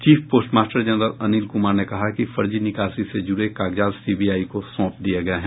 chief post master general Anil Kumar ने कहा कि फर्जी निकासी से जुड़े कागजात सीबीआई को सौंप दिये गये हैं